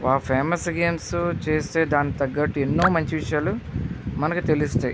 ఆ famous games చేసేదాన్ని తగ్గట్టు ఎన్నో మంచి విషయాలు మనకు తెలుస్తాయి